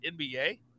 NBA